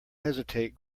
hesitate